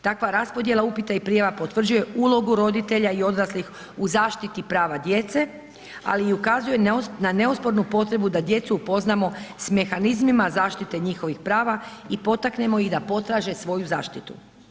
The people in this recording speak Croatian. Takva raspodjela upita i prijava potvrđuje ulogu roditelja i odraslih u zaštiti prava djece, ali i ukazuje na neospornu potrebu da djecu upoznamo s mehanizmima zaštite njihovih prava i potaknemo ih da potraže svoju zaštitu.